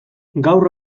gaur